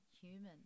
human